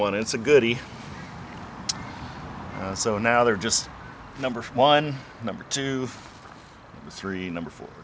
one it's a goodie so now they're just number one number two or three number four